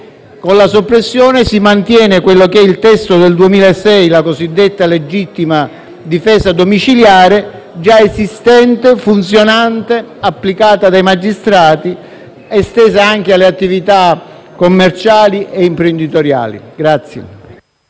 in questo modo si mantiene il testo del 2006, la cosiddetta legittima difesa domiciliare, già esistente e funzionante, applicata dei magistrati ed estesa anche alle attività commerciali e imprenditoriali.